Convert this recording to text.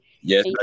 Yes